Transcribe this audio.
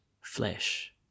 flesh